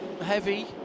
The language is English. heavy